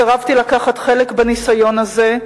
סירבתי לקחת חלק בניסיון הזה,